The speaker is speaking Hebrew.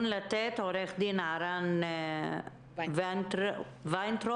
עו"ד ערן וינטרוב